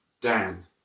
Dan